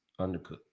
undercooked